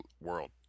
world